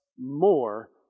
more